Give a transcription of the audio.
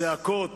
צעקות,